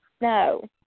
No